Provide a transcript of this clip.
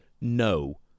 no